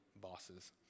bosses